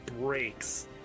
breaks